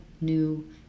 new